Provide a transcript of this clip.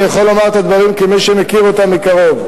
אני יכול לומר את הדברים כמי שמכיר אותם מקרוב.